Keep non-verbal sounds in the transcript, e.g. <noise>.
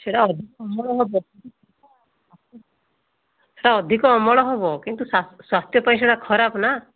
ସେଇଟା ଅଧିକ ଅମଳ ହବ <unintelligible> ସେଇଟା ଅଧିକ ଅମଳ ହବ କିନ୍ତୁ ସେଇଟା ସ୍ୱାସ୍ଥ୍ୟ ପାଇଁ ସେଇଟା ଖରାପ ନା